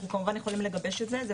אנחנו כמובן יכולים לגבש את זה,